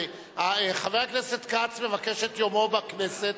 חבר הכנסת כץ מבקש את יומו בכנסת.